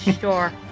Sure